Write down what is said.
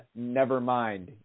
Nevermind